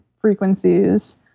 frequencies